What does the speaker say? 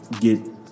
get